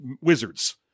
wizards